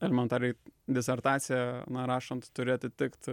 elementariai disertaciją na rašant turi atitikti